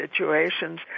situations